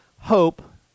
hope